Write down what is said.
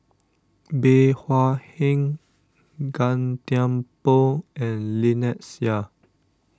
Bey Hua Heng Gan Thiam Poh and Lynnette Seah